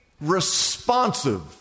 responsive